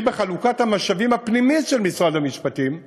והיא, בחלוקת המשאבים הפנימית של משרד המשפטים,